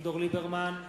אביגדור ליברמן,